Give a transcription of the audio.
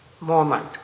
moment